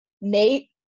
Nate